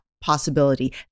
possibility